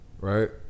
right